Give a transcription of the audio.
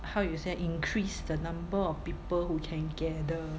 how you say ah increase the number of people who can gather